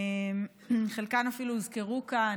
חלקן אפילו הוזכרו כאן.